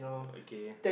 okay